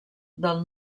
del